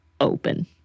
open